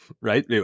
right